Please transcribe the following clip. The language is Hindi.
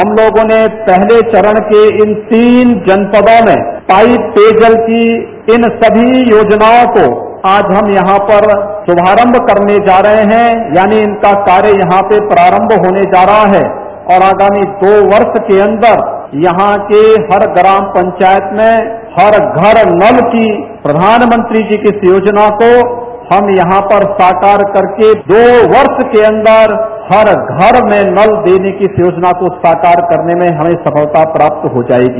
हम लोगों ने पहले चरण के इन तीन जनपदों में पाइप पेय जल की इन सभी योजनाओं को आज हम यहा पर शुभारम्म करने जा रहे है यानी इनका कार्य यहां पर प्रारम्भ होने जा रहा है और आगामी दो वर्ष के अन्दर यहां के हर ग्राम पंचायत में हर घर नल की प्रघानमंत्री मोदी जी की इस योजना को हम यहां पर साकार करके दो वर्ष के अन्दर हर घर में नल देने की इस योजना को साकार करने में हमें सफलता प्राप्त हो जायेगी